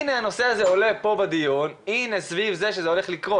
הנה הנושא עולה בדיון סביב זה שזה הולך לקרות.